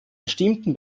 bestimmten